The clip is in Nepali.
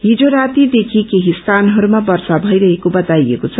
हिज रातीदेखि केही स्यानहरूमा वर्षा भइरहेको बताइएको छ